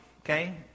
okay